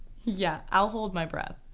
yeah i'll hold my breath.